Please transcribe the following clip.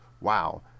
Wow